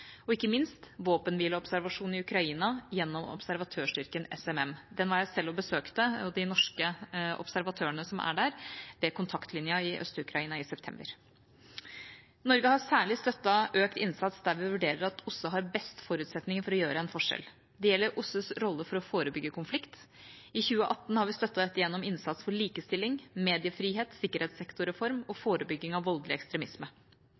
og ikke minst våpenhvileobservasjon i Ukraina gjennom observatørstyrken SMM. Jeg var selv og besøkte den og de norske observatørene som er der, ved kontaktlinja i Øst-Ukraina, i september. Norge har særlig støttet økt innsats der vi vurderer at OSSE har best forutsetninger for å gjøre en forskjell. Det gjelder OSSEs rolle for å forebygge konflikt. I 2018 støttet vi dette gjennom innsats for likestilling, mediefrihet, sikkerhetssektorreform og forebygging av voldelig ekstremisme.